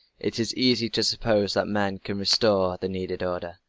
it is easy to suppose that men can restore the needed order.